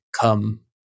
come